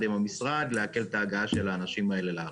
עם המשרד להקל את ההגעה של האנשים האלה לארץ.